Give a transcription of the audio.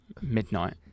midnight